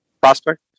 Prospect